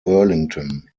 burlington